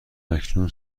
اکنون